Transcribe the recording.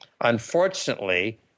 Unfortunately